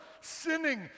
sinning